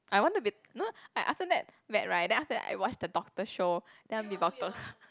I want to be no I after that back right then after that I watch the doctor show then I want be doctor